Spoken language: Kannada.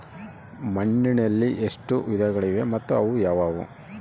ಮಣ್ಣಿನಲ್ಲಿ ಎಷ್ಟು ವಿಧಗಳಿವೆ ಮತ್ತು ಅವು ಯಾವುವು?